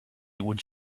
would